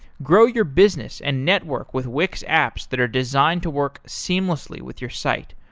grow your business and network with wix apps that are designed to work seamlessly with your site,